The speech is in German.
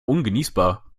ungenießbar